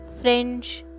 French